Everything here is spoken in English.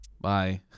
Bye